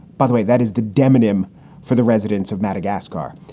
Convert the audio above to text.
by the way, that is the demming him for the residents of madagascar.